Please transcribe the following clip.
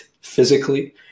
physically